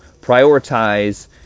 prioritize